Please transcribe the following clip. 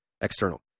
external